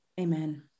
Amen